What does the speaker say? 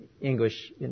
English